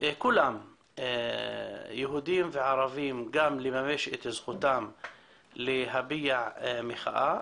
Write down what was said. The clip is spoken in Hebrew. כולם יהודים וערבים גם לממש את זכותם להביע מחאה,